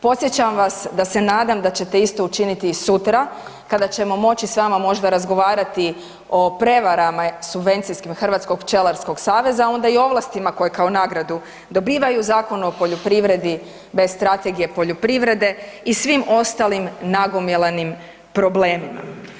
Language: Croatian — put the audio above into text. Podsjećam vas da se nadam da ćete isto učiniti i sutra kada ćemo moći s vama možda razgovarati o prevarama subvencijskim Hrvatskog pčelarskog saveza, a onda i ovlastima koje kao nagradu dobivaju, Zakonu o poljoprivredi bez strategije poljoprivrede i svim ostalim nagomilanim problemima.